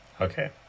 Okay